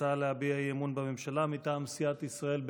ההצעה להביע אי-אמון בממשלה מטעם סיעת ישראל ביתנו.